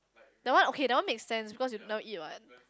that one okay that one makes sense because you never eat what